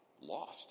lost